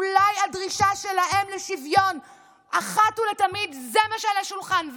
אולי הדרישה שלהם לשוויון אחת ולתמיד זה מה שעל השולחן.